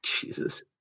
Jesus